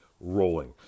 rolling